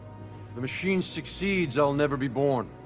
the machine succeeds i'll never be born.